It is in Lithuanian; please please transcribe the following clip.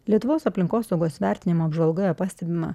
lietuvos aplinkosaugos vertinimo apžvalgoje pastebima